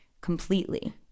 completely